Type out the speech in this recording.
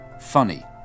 funny